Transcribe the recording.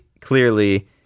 clearly